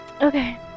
Okay